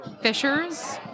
fishers